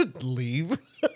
Leave